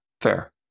fair